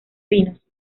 vinos